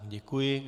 Děkuji.